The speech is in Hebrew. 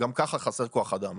גם ככה חסר כוח אדם.